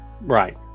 right